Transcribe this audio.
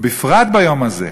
ובפרט ביום הזה,